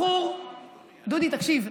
דודי, תקשיב.